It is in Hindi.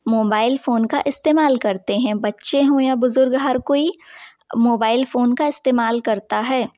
मोबाइल फ़ोन का इस्तेमाल करते हैं बच्चे हो या बुजुर्ग हर कोई मोबाइल फ़ोन का इस्तेमाल करता है